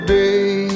day